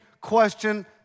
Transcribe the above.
question